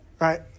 right